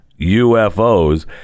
UFOs